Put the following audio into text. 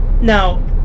now